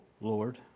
Lord